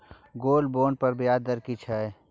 Gold bond पर ब्याज दर की छै?